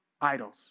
idols